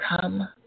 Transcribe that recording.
come